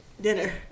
dinner